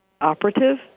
operative